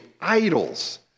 idols